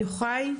בבקשה.